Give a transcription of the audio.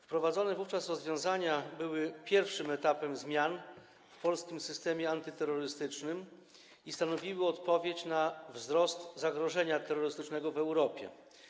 Wprowadzone wówczas rozwiązania były pierwszym etapem zmian w polskim systemie antyterrorystycznym i stanowiły odpowiedź na wzrost zagrożenia terrorystycznego w Europie.